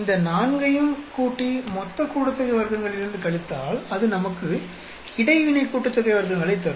இந்த நான்கையும் கூட்டி மொத்த கூட்டுத்தொகை வர்க்கங்களிலிருந்து கழித்தால் அது நமக்கு இடைவினை கூட்டுத்தொகை வர்க்கங்களைத் தரும்